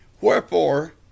wherefore